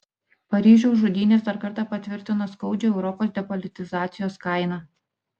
paryžiaus žudynės dar kartą patvirtino skaudžią europos depolitizacijos kainą